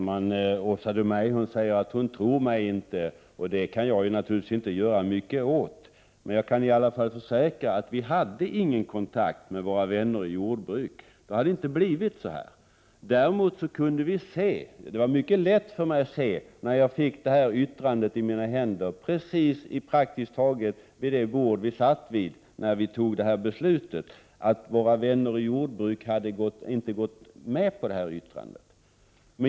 Herr talman! Åsa Domeij säger att hon inte tror mig, och det kan jag naturligtvis inte göra mycket åt. Men jag kan i alla fall försäkra att vi folkpartister inte hade någon kontakt med våra vänner i jordbruksutskottet. Om vi hade haft hade det inte blivit så här. När jag fick yttrandet i mina händer, praktiskt taget vid det bord där vi satt när vi fattade detta beslut, var det mycket lätt att se att våra vänner i jordbruksutskottet inte hade gått med på yttrandet.